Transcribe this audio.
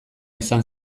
izan